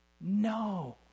No